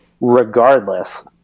regardless